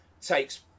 takes